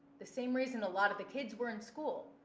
the same reason a lot of the kids were in school,